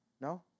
No